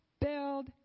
build